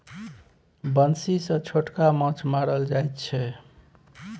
बंसी सँ छोटका माछ मारल जाइ छै